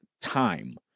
time